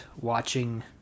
watching